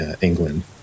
England